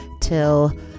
till